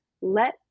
let